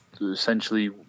essentially